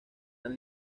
han